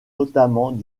notamment